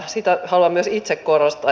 sitä haluan myös itse korostaa